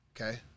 Okay